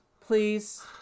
please